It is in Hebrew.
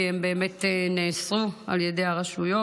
כי הם באמת נאסרו על ידי הרשויות.